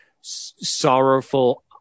sorrowful